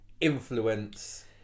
influence